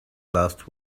last